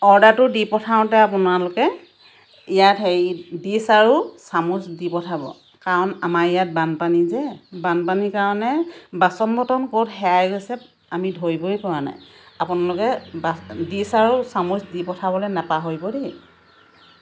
অৰ্ডাৰটো দি পঠাওঁতে আপোনালোকে ইয়াত হেৰি ডিছ আৰু চামুচ দি পঠাব কাৰণ আমাৰ ইয়াত বানপানী যে বানপানীৰ কাৰণে বাচন বৰ্তন ক'ত হেৰাই গৈছে আমি ধৰিবই পৰা নাই আপোনালোকে বা ডিছ আৰু চামুচ দি পঠাবলৈ নাপাহৰিব দেই